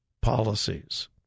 policies